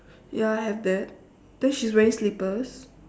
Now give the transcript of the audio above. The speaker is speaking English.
ya I have that then she's wearing slippers